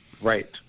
Right